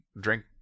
drink